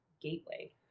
gateway